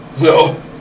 No